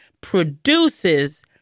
produces